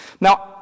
Now